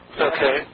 Okay